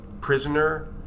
prisoner